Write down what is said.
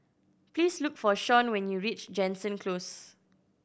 please look for Sean when you reach Jansen Close